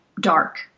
dark